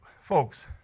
folks